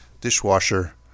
dishwasher